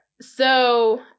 So-